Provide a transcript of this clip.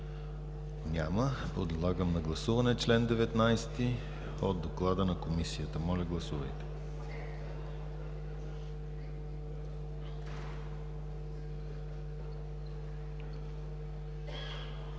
Няма. Подлагам на гласуване чл. 19 от доклада на Комисията. Гласували